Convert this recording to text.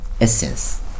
essence